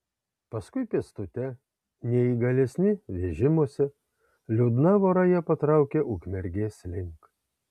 paskui pėstute neįgalesni vežimuose liūdna vora jie patraukė ukmergės link